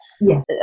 yes